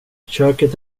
köket